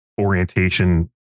orientation